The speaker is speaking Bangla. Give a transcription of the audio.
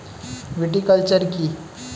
ভিটিকালচার কী?